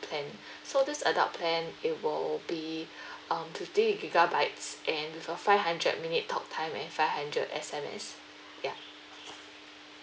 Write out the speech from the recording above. plan so this adult plan it would be um fifty gigabytes and with a five hundred minute talk time and five hundred S_M_S ya